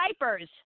diapers